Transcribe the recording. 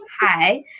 hi